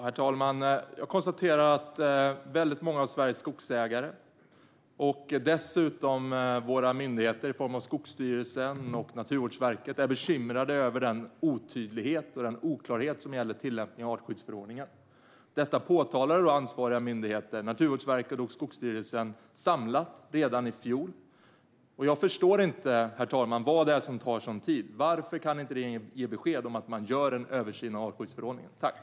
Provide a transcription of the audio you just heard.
Herr talman! Jag konstaterar att många av Sveriges skogsägare och myndigheterna Skogsstyrelsen och Naturvårdsverket är bekymrade över den otydlighet och oklarhet som gäller i tillämpningen av artskyddsförordningen. Detta påtalade ansvariga myndigheter, Naturvårdsverket och Skogsstyrelsen, samlat redan i fjol. Herr talman! Jag förstår inte vad det är som tar sådan tid. Varför kan inte regeringen ge besked om att man gör en översyn av artskyddsförordningen?